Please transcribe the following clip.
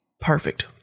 perfect